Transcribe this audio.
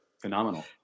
phenomenal